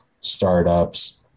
startups